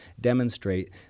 demonstrate